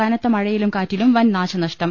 കനത്ത മഴ യിലും കാറ്റിലും വൻ നാശനഷ്ടം